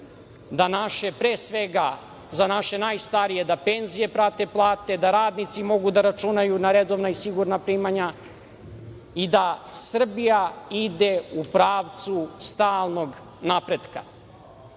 je da, pre svega za naše najstarije, da penzije prate plate, da radnici mogu da računaju na redovna i sigurna primanja i da Srbija ide u pravcu stalnog napretka. Građani